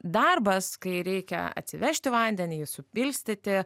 darbas kai reikia atsivežti vandenį jį supilstyti